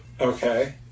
Okay